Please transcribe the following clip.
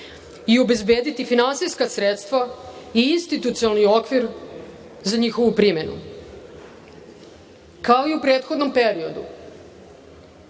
i obezbediti finansijska sredstva i institucionalni okvir za njihovu primenu. Kao i u prethodnom periodu,